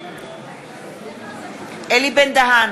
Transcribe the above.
בעד אלי בן-דהן,